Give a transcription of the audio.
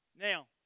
Now